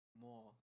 more